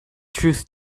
truth